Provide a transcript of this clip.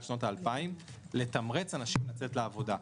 שנות האלפיים לתמרץ אנשים לצאת לעבודה.